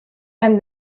and